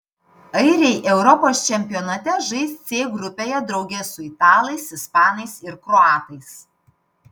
airiai europos čempionate žais c grupėje drauge su italais ispanais ir kroatais